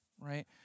right